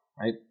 right